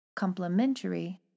Complementary